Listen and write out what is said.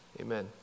Amen